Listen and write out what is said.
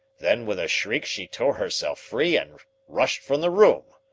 then with a shriek she tore herself free and rushed from the room.